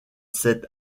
cette